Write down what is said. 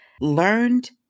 learned